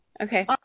Okay